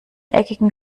eckigen